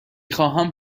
خواهم